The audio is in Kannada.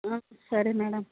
ಹಾಂ ಸರಿ ಮೇಡಮ್